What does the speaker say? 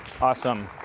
Awesome